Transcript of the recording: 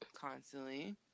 constantly